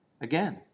again